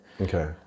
Okay